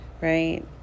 right